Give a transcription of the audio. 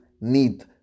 need